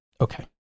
okay